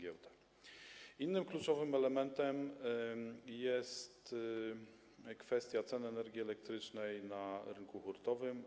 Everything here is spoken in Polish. Innym kluczowym elementem jest kwestia cen energii elektrycznej na rynku hurtowym.